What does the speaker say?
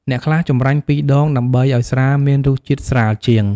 អ្នកខ្លះចម្រាញ់ពីរដង ដើម្បីឱ្យស្រាមានរសជាតិស្រាលជាង។